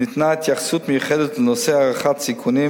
ניתנה התייחסות מיוחדת לנושא הערכת סיכונים,